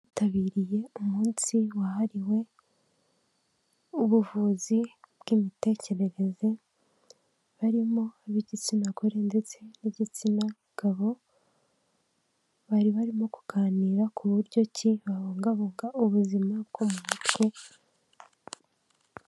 Bitabiriye umunsi wahariwe ubuvuzi bw'imitekerereze barimo ab'igitsina gore ndetse nigitsina gabo, bari barimo kuganira ku buryo ki babungabunga ubuzima bwo mu mutwe.